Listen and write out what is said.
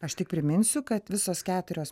aš tik priminsiu kad visos keturios